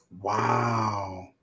Wow